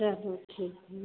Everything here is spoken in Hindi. चलो ठीक है